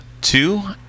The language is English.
two